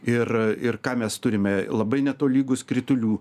ir ir ką mes turime labai netolygus kritulių